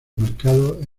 mercados